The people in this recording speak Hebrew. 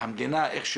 הממשלה החליטה